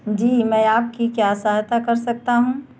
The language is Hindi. जी मैं आपकी क्या सहायता कर सकता हूँ